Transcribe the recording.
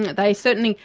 they certainly,